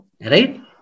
Right